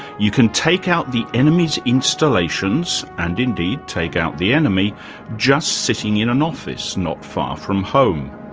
you can take out the enemy's installations, and, indeed, take out the enemy just sitting in an office not far from home.